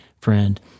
friend